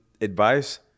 advice